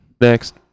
Next